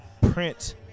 Print